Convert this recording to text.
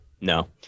no